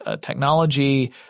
technology